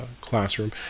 classroom